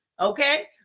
okay